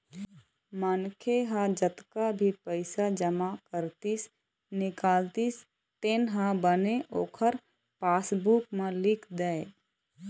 मनखे ह जतका भी पइसा जमा करतिस, निकालतिस तेन ह बने ओखर पासबूक म लिख दय